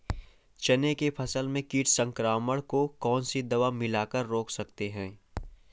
चना के फसल में कीट संक्रमण को कौन सी दवा मिला कर रोकते हैं?